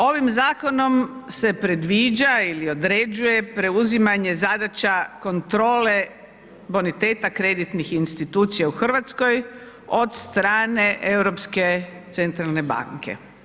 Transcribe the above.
Ovim zakonom se predviđa ili određuje preuzimanje zadaća kontrole boniteta kreditnih institucija u RH od strane Europske centralne banke.